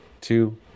two